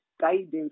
guidance